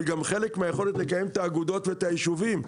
היא גם חלק מהיכולת לקיים את האגודות ואת היישובים,